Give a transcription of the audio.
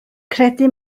credu